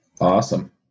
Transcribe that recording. Awesome